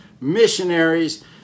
missionaries